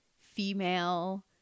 female